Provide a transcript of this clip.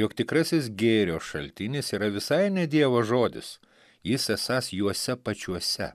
jog tikrasis gėrio šaltinis yra visai ne dievo žodis jis esąs juose pačiuose